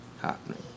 happening